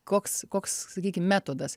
koks koks sakykim metodas